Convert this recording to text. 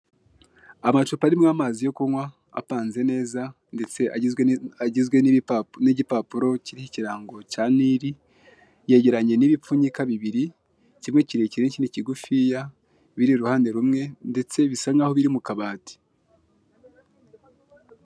Amacupa arimo amazi yo kunywa apanze neza ndetse agizwe n'igipapuro kiriho ikirango cya nile yegeranye n'ibipfunyika bibiri kimwe kirekire n'ikindi kigufiya biri iruhande rumwe ndetse bisa nkaho biri mu kabati.